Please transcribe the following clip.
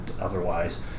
otherwise